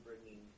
bringing